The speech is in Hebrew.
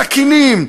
סכינים,